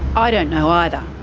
i don't know either,